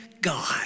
God